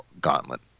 Gauntlet